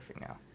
now